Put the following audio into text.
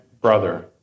brother